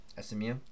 SMU